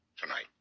tonight